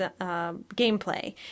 gameplay